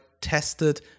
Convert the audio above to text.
tested